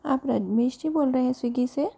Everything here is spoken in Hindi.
आप रनमेश जी बोल रहे हैं स्वीगी से